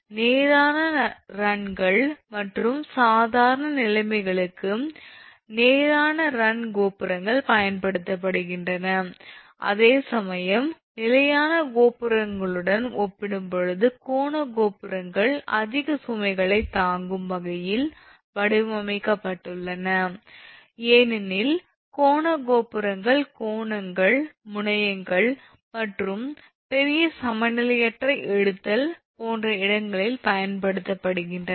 நேரான ரன்கள் மற்றும் சாதாரண நிலைமைகளுக்கு நேரான ரன் கோபுரங்கள் பயன்படுத்தப்படுகின்றன அதேசமயம் நிலையான கோபுரங்களுடன் ஒப்பிடும்போது கோண கோபுரங்கள் அதிக சுமைகளைத் தாங்கும் வகையில் வடிவமைக்கப்பட்டுள்ளன ஏனெனில் கோண கோபுரங்கள் கோணங்கள் முனையங்கள் மற்றும் பெரிய சமநிலையற்ற இழுத்தல் போன்ற இடங்களில் பயன்படுத்தப்படுகின்றன